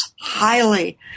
highly